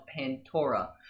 Pantora